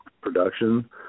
production